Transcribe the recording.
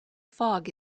fog